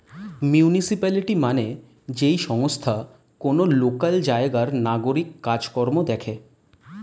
municipality মানে যেই সংস্থা কোন লোকাল জায়গার নাগরিক কাজ কর্ম দেখে